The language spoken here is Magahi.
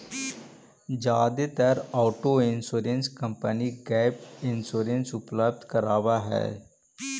जादेतर auto insurance company gap insurance उपलब्ध करावऽ हई